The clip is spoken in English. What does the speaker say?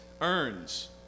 earns